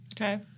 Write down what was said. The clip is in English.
Okay